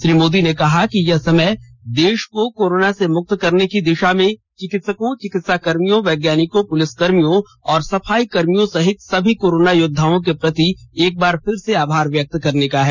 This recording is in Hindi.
श्री मोदी ने कहा कि यह समय देश को कोरोना से मुक्त करने की दिशा में चिकित्सकों चिकित्सा कर्मियों वैज्ञानिकों पुलिसकर्मियों और सफाई कर्मियों सहित सभी कोरोना योद्वाओं के प्रति एक बार फिर से आभार व्यक्त करने का है